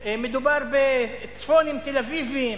מדובר בצפונים תל-אביבים,